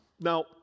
Now